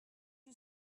you